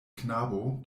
knabo